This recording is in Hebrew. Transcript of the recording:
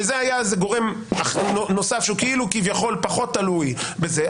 שזה היה גורם נוסף שהוא כאילו כביכול פחות תלוי בזה,